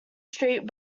street